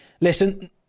listen